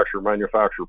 manufacturer